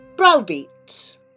Browbeat